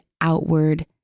outward